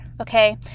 okay